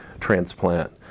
transplant